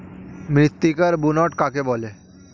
মৃত্তিকার বুনট কাকে বলে?